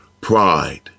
Pride